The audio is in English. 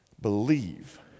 Believe